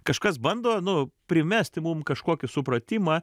kažkas bando nu primesti mum kažkokį supratimą